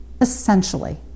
Essentially